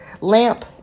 LAMP